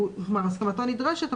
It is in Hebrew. כלומר הסכמתו נדרשת,